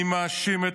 אני מאשים את